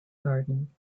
garden